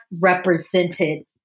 represented